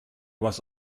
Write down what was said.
was